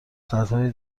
سدهای